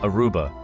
Aruba